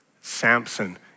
Samson